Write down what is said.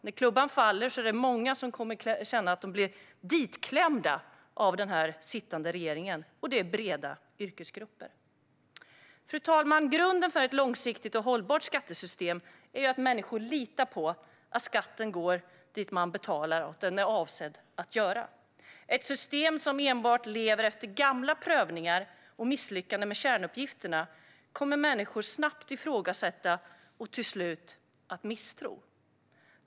När klubban faller kommer många att känna sig ditklämda av den sittande regeringen. Det är breda yrkesgrupper. Fru talman! Grunden för ett långsiktigt och hållbart skattesystem är att människor litar på att skatten går dit den är avsedd att gå. Ett system som enbart lever efter gamla prövningar och som misslyckas med kärnuppgifterna kommer människor snabbt att ifrågasätta och till slut misstro.